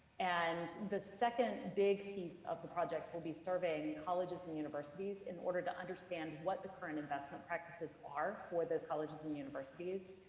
and the second big piece of the project will be surveying colleges and universities in order to understand what the current investment practices are for those colleges and universities,